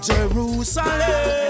Jerusalem